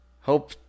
hope